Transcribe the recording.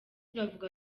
bavuga